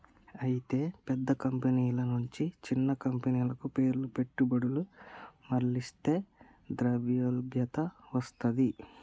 అయితే పెద్ద కంపెనీల నుంచి చిన్న కంపెనీలకు పేర్ల పెట్టుబడులు మర్లిస్తే ద్రవ్యలభ్యత వస్తది